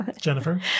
Jennifer